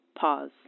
Pause